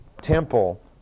temple